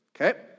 okay